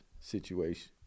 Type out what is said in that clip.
situation